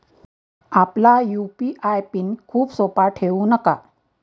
आपला UPI pin खूप सोपा ठेवू नका